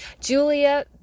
Julia